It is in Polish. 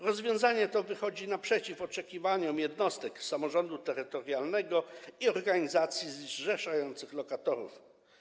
Rozwiązanie to wychodzi naprzeciw oczekiwaniom jednostek samorządu terytorialnego i organizacji zrzeszających lokatorów.